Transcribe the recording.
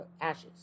ashes